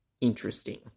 interesting